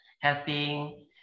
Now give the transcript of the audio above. helping